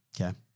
Okay